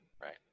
right